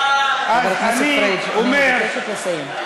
חבר הכנסת פריג', אני מבקשת לסיים.